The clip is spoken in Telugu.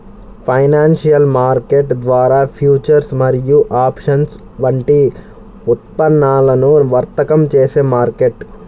ఫైనాన్షియల్ మార్కెట్ ద్వారా ఫ్యూచర్స్ మరియు ఆప్షన్స్ వంటి ఉత్పన్నాలను వర్తకం చేసే మార్కెట్